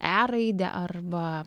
e raidę arba